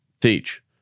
teach